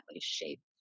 shaped